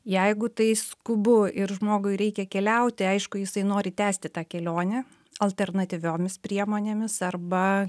jeigu tai skubu ir žmogui reikia keliauti aišku jisai nori tęsti tą kelionę alternatyviomis priemonėmis arba